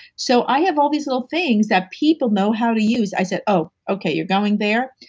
so i have all these little things that people know how to use i say, oh, okay. you're going there.